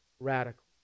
Radical